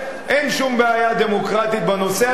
אין שום בעיה דמוקרטית בנושא הזה.